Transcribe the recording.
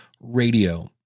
radio